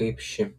kaip ši